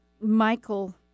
Michael